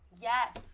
Yes